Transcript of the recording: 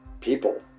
people